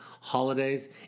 holidays